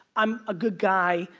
i'm a good guy.